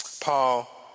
Paul